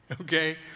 okay